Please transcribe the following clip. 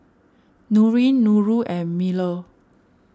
Nurin Nurul and Melur